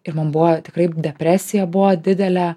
ir mum buvo tikrai depresija buvo didelė